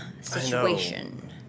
situation